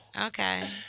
Okay